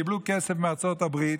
קיבלו כסף מארצות הברית,